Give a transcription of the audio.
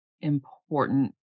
important